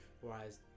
whereas